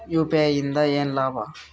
UPI ಇಂದ ಏನ್ ಲಾಭ?